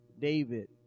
david